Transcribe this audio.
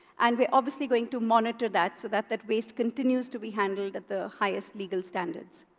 and we're obviously going to monitor that so that that waste continues to be handled at the highest legal standards.